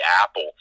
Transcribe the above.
Apple